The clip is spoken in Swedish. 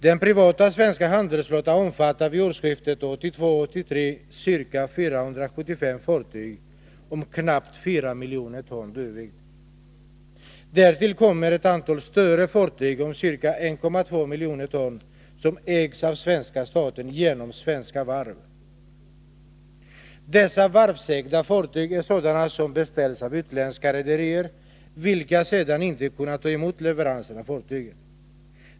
Den privata svenska handelsflottan omfattar vid årsskiftet 1982-1983 ca 475 fartyg om knappt 4 miljoner ton dw. Därtill kommer ett antal större fartyg om ca 1,2 miljoner ton, som ägs av svenska staten genom Svenska Varv. Dessa varvsägda fartyg är sådana som beställts av utländska rederier, vilka sedan inte kunnat ta emot leverans av fartygen.